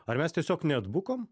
ar mes tiesiog neatbukom